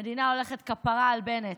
המדינה הולכת כפרה על בנט.